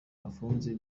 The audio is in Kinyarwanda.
bafunze